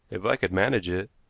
if i could manage it,